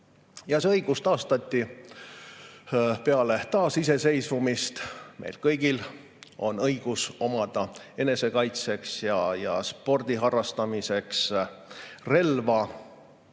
õigus taastati peale taasiseseisvumist. Meil kõigil on õigus omada enesekaitseks ja spordi harrastamiseks relva.